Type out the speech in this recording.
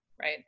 right